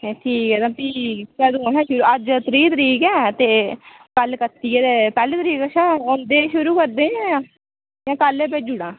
ते ठीक ऐ तां भी कदूं थमां अज्ज तरीह् तरीक ऐ ते कल कत्ती ऐ ते पैह्ली तरीक कशां औंदे शुरू करदे जां कल गै भेज्जी ओड़ां